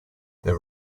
there